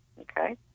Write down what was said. Okay